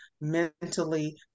mentally